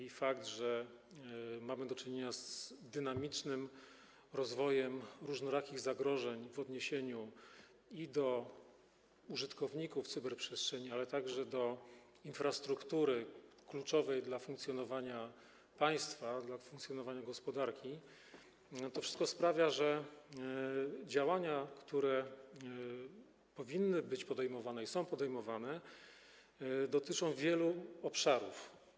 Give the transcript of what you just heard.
I fakt, że mamy do czynienia z dynamicznym rozwojem różnorakich zagrożeń w odniesieniu do użytkowników cyberprzestrzeni, ale także do infrastruktury kluczowej dla funkcjonowania państwa, dla funkcjonowania gospodarki, sprawia, że działania, które powinny być podejmowane i są podejmowane, dotyczą wielu obszarów.